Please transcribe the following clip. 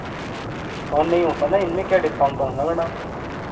discount नहीं होता ना इनमें क्या डिस्काउंट होगा मैडम